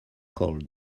called